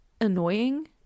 annoying